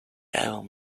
album